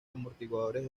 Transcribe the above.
amortiguadores